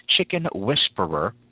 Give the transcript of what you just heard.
ChickenWhisperer